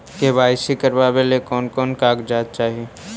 KYC करावे ले कोन कोन कागजात चाही?